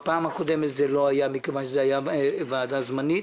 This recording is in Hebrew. בפעם הקודמת לא מכיוון שזה היה ועדה זמנית